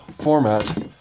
format